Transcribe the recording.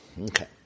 Okay